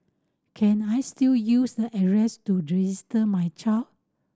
can I still use the address to register my child